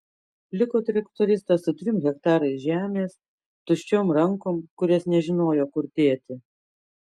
liko traktoristas su trim hektarais žemės tuščiom rankom kurias nežinojo kur dėti